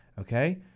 Okay